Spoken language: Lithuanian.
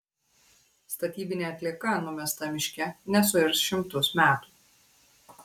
statybinė atlieka numesta miške nesuirs šimtus metų